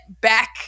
back